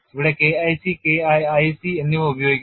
ഇവിടെ K IC K IIC എന്നിവ ഉപയോഗിക്കുന്നു